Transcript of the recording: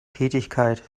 tätigkeit